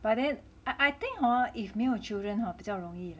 but then I I think hor if 没有 children hor 比较容易